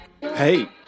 Hey